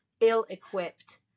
ill-equipped